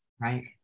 Right